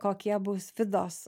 kokie bus vidos